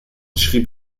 schrieb